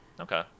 Okay